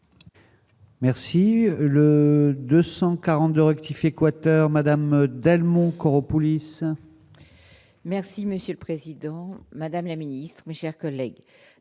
Merci le 242 rectifier coacteur Madame Delmont-Koropoulis. Merci Monsieur le Président, Madame la Ministre, mais, chers collègues,